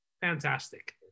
Fantastic